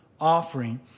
offering